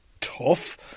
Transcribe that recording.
tough